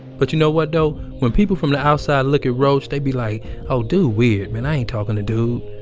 but, you know what though? when people from the outside look at rauch, they be like oh, dude weird. man, i ain't talking to dude.